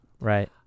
Right